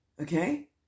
okay